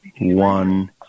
one